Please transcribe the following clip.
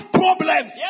problems